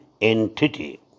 entity